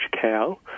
cow